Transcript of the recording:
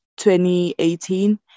2018